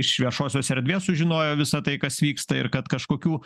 iš viešosios erdvės sužinojo visa tai kas vyksta ir kad kažkokių